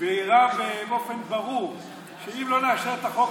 והראה באופן ברור שאם לא נאשר את החוק